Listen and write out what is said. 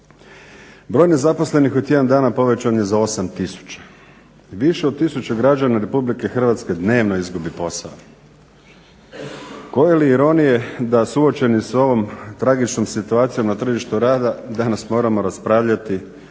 Broj nezaposlenih u tjedan dana povećan je za 8 tisuća. Više od tisuće građana RH dnevno izgubi posao. Koje li ironije da suočeni s ovom tragičnom situacijom na tržištu rada danas moramo raspravljati